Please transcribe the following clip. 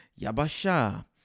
yabasha